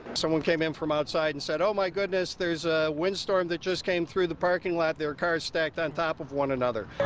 someone came in from outside is and said, oh, my goodness, there's a windstorm that just came through the parking lot. there's scars stacked on top of one another.